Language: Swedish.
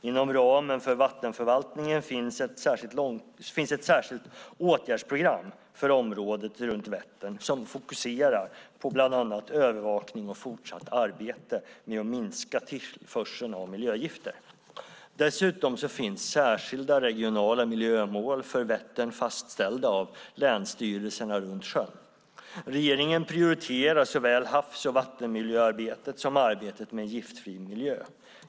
Inom ramen för vattenförvaltningen finns ett särskilt åtgärdsprogram för området runt Vättern som fokuserar på bland annat övervakning och fortsatt arbete med att minska tillförseln av miljögifter. Dessutom finns särskilda regionala miljömål för Vättern fastställda av länsstyrelserna runt sjön. Regeringen prioriterar såväl havs och vattenmiljöarbetet som arbetet med en giftfri miljö.